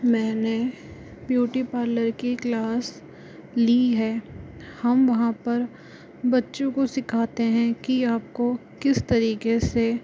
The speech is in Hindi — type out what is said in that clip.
मैंने ब्यूटी पार्लर की क्लास ली है हम वहाँ पर बच्चों को सिखाते हैं कि आपको किस तरीके से